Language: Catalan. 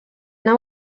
nau